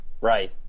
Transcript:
Right